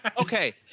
Okay